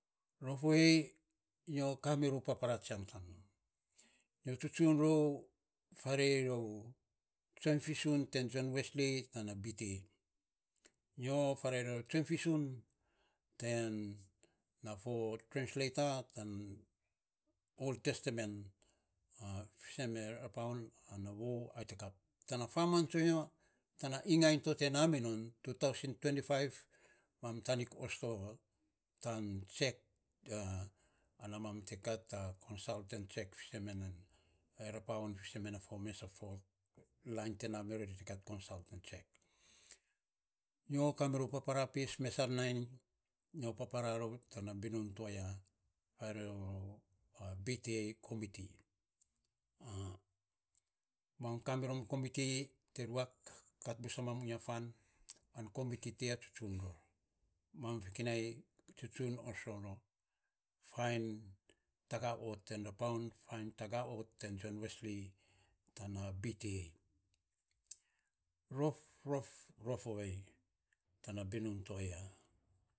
Rof ovei nyo kamirou papara tsian kan, nyo tsi tsun rou farei rou tioiny fisun ten john wesly ana bta nyo farei rou a tsioiny fisun tan fo trenseleit a tan old testament fisen men rapaun ana vou ai te kaf, tana faman tsoinyo. Tana igaing too te na mi ron faan na tapan tana tangau ana gim a iga iny mam tanik osto tan tsiek ana mam te kat a konsalt tsiek fisen men e rapaun fisen men na fo. Lain te namiror ri te kata fo mes a konsult tsiek nyo kamirou papara pis mes ar naing nyo papara rou tana binun to a ya bta komiti, mam kamirom komiti te ruak kat bus amam ungya fan an komiti tiya. Tsutsun ror, mam fokinai tsutsun osto rom fain taga ott ten rapaun, fain taga ott ten john wesly tana bta rof rof rofovei tana binun to a ya